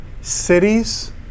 Cities